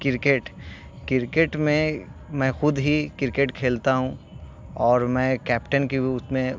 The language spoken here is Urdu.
کرکٹ کرکٹ میں میں خود ہی کرکٹ کھیلتا ہوں اور میں کیپٹن کی بھی اس میں